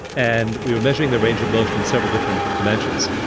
and we were measuring the range of motion in several different dimensions,